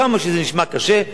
כמה שזה נשמע קשה,